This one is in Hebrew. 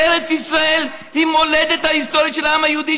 "ארץ ישראל היא המולדת ההיסטורית של העם היהודי,